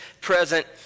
present